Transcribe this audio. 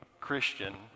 Christian